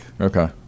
okay